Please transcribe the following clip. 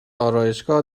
آرایشگاه